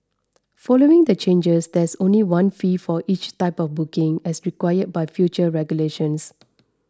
following the changes there's only one fee for each type of booking as required by future regulations